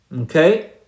Okay